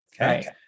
Okay